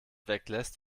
weglässt